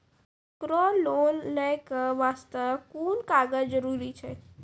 केकरो लोन लै के बास्ते कुन कागज जरूरी छै?